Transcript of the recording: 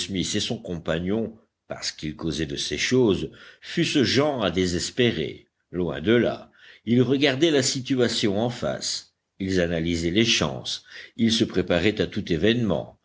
et son compagnon parce qu'ils causaient de ces choses fussent gens à désespérer loin de là ils regardaient la situation en face ils analysaient les chances ils se préparaient à tout événement